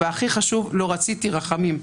והכי חשוב, לא רציתי רחמים.